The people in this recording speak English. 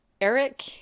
Eric